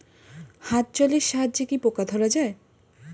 হাত জলের সাহায্যে কি পোকা ধরা যায়?